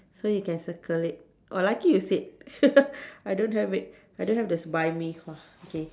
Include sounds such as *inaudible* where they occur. so you can circle it oh lucky you said *laughs* I don't have it I don't have the s~ buy me okay